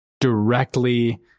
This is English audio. directly